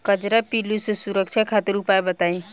कजरा पिल्लू से सुरक्षा खातिर उपाय बताई?